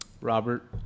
Robert